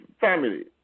family